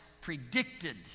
predicted